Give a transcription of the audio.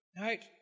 Right